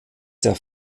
der